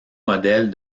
modèle